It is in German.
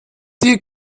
die